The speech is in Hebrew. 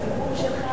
שהציבור שלך,